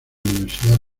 universidad